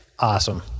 Awesome